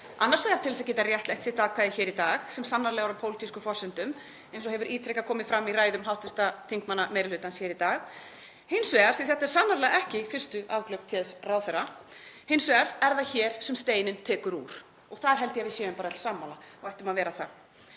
annars vegar til þess að geta réttlætt sitt atkvæði hér í dag, sem sannarlega er á pólitískum forsendum eins og hefur ítrekað komið fram í ræðum hv. þingmanna meiri hlutans hér í dag, hins vegar af því að þetta eru sannarlega ekki fyrstu afglöp téðs ráðherra en það er hér sem steininn tekur úr. Og þar held ég að við séum bara öll sammála og ættum að vera það.